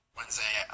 Wednesday